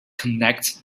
connect